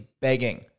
begging